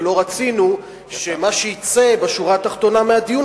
ולא רצינו שמה שיצא בשורה התחתונה מהדיון